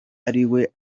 ariwe